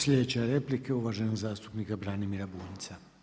Slijedeća replika uvaženog zastupnika Branimira Bunjca.